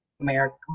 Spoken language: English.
America